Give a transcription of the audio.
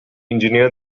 engine